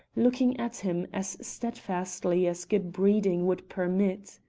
looking at him as steadfastly as good breeding would permit.